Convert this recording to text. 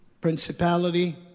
principality